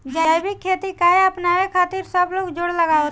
जैविक खेती काहे अपनावे खातिर सब लोग जोड़ लगावत बा?